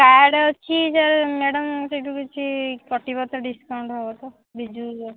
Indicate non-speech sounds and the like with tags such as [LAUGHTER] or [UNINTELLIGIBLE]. card ଅଛି [UNINTELLIGIBLE] madam ସେଇଠୁ କିଛି କଟିବ ତ ଡ଼ିସ୍କାଉଣ୍ଟ ହେବ ତ ବିଜୁ